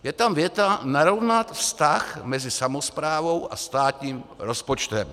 Je tam věta: Narovnat vztah mezi samosprávou a státním rozpočtem.